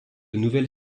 nouvelle